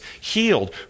healed